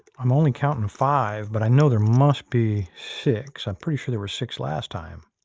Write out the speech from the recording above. i'm only counting to five, but i know there must be six. i'm pretty sure there were six last time.